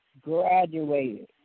graduated